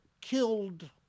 killed